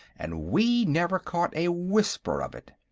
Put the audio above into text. and we never caught a whisper of it.